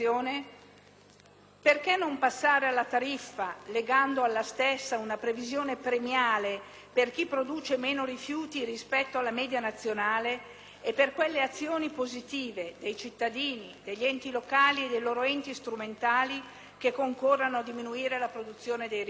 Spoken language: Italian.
Perché non passare alla tariffa, legando alla stessa una previsione premiale per chi produce meno rifiuti rispetto alla media nazionale e per quelle azioni positive dei cittadini, degli enti locali e dei loro enti strumentali, che concorrano a diminuire la produzione dei rifiuti?